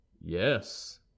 Yes